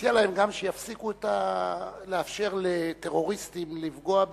תציע להם גם שיפסיקו לאפשר לטרוריסטים לפגוע בשדרות.